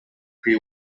pre